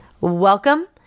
Welcome